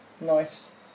Nice